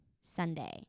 Sunday